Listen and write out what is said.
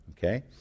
Okay